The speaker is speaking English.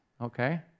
okay